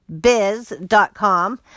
Biz.com